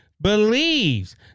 believes